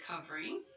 covering